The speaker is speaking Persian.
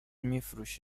میفروشه